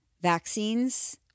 vaccines